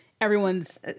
everyone's